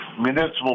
municipal